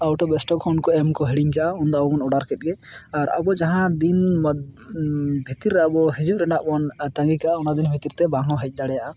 out of stock ᱠᱷᱚᱱ ᱠᱚ ᱮᱢ ᱠᱚ ᱦᱤᱲᱤᱧ ᱠᱟᱜᱼᱟ ᱩᱱᱫᱚ ᱟᱵᱚ ᱵᱚᱱ ᱚᱰᱟᱨ ᱠᱮᱫᱜᱮ ᱟᱨ ᱟᱵᱚ ᱡᱟᱦᱟᱸ ᱫᱤᱱ ᱵᱷᱤᱛᱤᱨ ᱨᱮ ᱟᱵᱚ ᱦᱤᱡᱩᱜ ᱨᱮᱱᱟᱜ ᱵᱚᱱ ᱛᱟᱺᱜᱤ ᱠᱟᱜᱼᱟ ᱚᱱᱟ ᱫᱤᱱ ᱵᱷᱛᱨᱤ ᱛᱮ ᱵᱟᱝ ᱦᱚᱸ ᱦᱮᱡ ᱫᱟᱲᱮᱭᱟᱜᱼᱟ